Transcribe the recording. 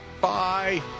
Bye